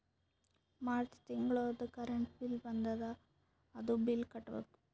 March ತಿಂಗಳದೂ current bill ಬಂದದ, ಅದೂ ಬಿಲ್ ಕಟ್ಟಬೇಕ್